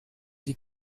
die